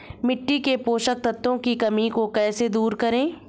मिट्टी के पोषक तत्वों की कमी को कैसे दूर करें?